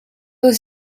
was